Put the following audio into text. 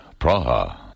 Praha